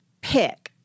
pick